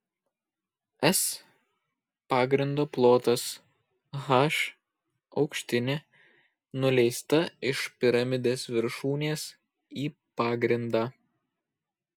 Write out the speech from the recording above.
s pagrindo plotas h aukštinė nuleista iš piramidės viršūnės į pagrindą